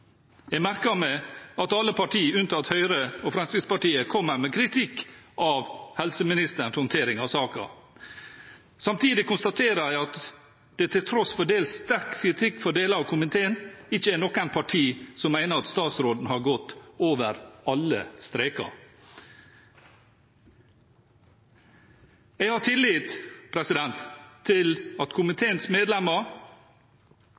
Jeg merker meg at alle partiene, unntatt Høyre og Fremskrittspartiet, kommer med kritikk av helseministerens håndtering av saken. Samtidig konstaterer jeg at det til tross for dels sterk kritikk fra deler av komiteen, ikke er noen partier som mener at statsråden har gått over alle streker. Jeg har tillit til at komiteens medlemmer